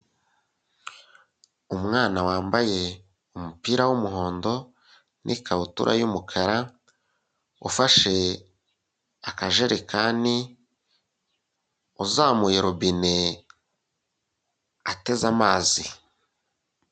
Umwana wambaye umupira w'umuhondo n'ikabutura y'umukara ufashe akajerekani, uzamuye robine ateze amazi.